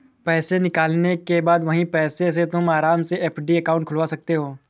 पैसे निकालने के बाद वही पैसों से तुम आराम से एफ.डी अकाउंट खुलवा सकते हो